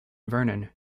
vernon